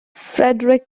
frederick